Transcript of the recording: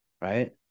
right